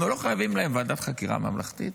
אנחנו לא חייבים להם ועדת חקירה ממלכתית?